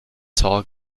tall